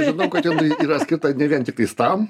žinau kad jinai skirta ne vien tiktais tam